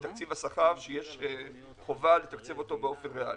תקציב השכר שיש חובה לתקצבו באופן ריאלי.